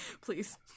Please